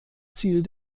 ziel